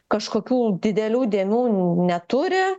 kažkokių didelių dėmių neturi